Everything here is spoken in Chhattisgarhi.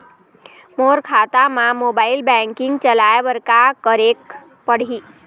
मोर खाता मा मोबाइल बैंकिंग चलाए बर का करेक पड़ही?